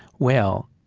well,